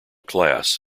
class